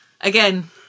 Again